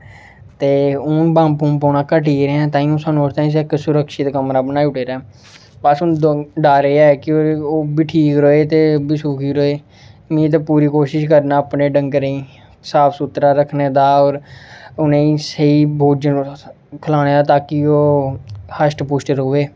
ते हून बम्ब बूम्ब पौना घट्टी गेदे ऐं तांहियों सानूं ओह्दे ताहीं इक सुरक्षित कमरा बनाई ओड़े दा ऐ बस हून डर एह् ऐ कि ओह् बी ठीक र'वै ते सुखी र'वै मे ते पूरी कोशिश करना अपने डंगरे गी साफ सुथरा रखने दा होर उ'नें गी स्हेई भोजन खलाना कि ओह् हश्ट पुश्ट र'वै